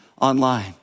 online